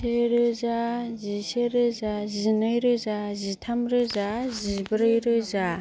से रोजा जिसे रोजा जिनै रोजा जिथाम रोजा जिब्रै रोजा